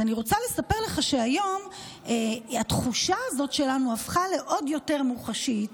אני רוצה לספר לך שהיום התחושה הזאת שלנו הפכה עוד יותר מוחשית.